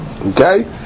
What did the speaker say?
okay